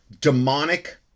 demonic